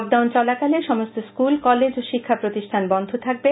lockdown চলাকালে সমস্ত school college ও শিক্ষাপ্রতিষ্ঠান বন্ধ থাকবে